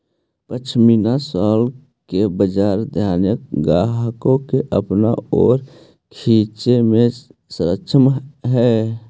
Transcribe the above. pashmina shawl के बाजार धनाढ्य ग्राहक के अपना ओर खींचे में सक्षम हई